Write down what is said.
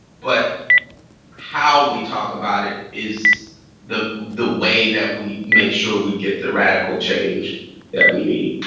but how we talk about it is the the way that we make sure we get the radical change that we need.